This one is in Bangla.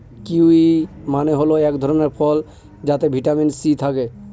কিউয়ি মানে হল এক ধরনের ফল যাতে ভিটামিন সি থাকে